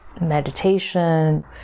meditation